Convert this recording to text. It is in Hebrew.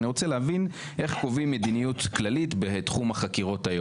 אני רוצה להבין איך היום קובעים מדיניות כללית בתחום החקירות.